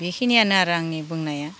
बेखिनियानो आरो आंनि बुंनाया